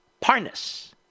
Parnas